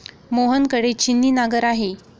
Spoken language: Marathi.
मोहन कडे छिन्नी नांगर आहे